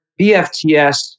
BFTS